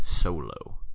Solo